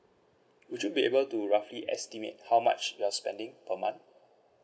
would you be able to roughly estimate how much your spending per month